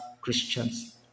Christians